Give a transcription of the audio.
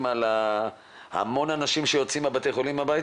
על המון האנשים שיוצאים מבתי החולים הביתה?